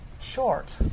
short